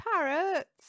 parrots